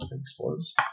Explodes